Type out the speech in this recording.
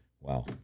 Wow